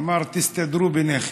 אמר: תסתדרו ביניכם.